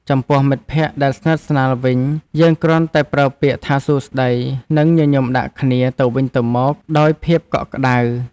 ចំពោះមិត្តភក្តិដែលស្និទ្ធស្នាលវិញ យើងគ្រាន់តែប្រើពាក្យថាសួស្ដីនិងញញឹមដាក់គ្នាទៅវិញទៅមកដោយភាពកក់ក្តៅ។